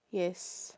yes